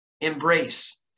embrace